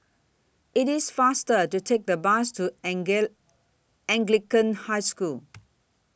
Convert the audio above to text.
IT IS faster to Take The Bus to Anglican High School